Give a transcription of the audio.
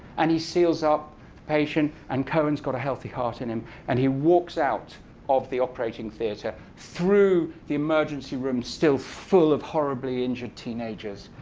and he seals up the patient. and cohen's got a healthy heart in him. and he walks out of the operating theater through the emergency room still full of horribly injured teenagers.